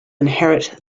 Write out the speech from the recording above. inherit